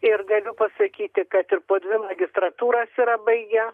ir galiu pasakyti kad ir po dvi magistrantūras yra baigę